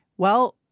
well,